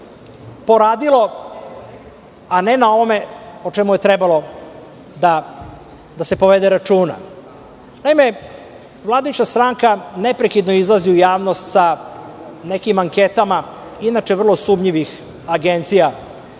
poradilo, a ne na onome o čemu je trebalo da se povede računa. Vladajuća stranka neprekidno izlazi u javnost sa nekim anketama, inače vrlo sumnjivih agencija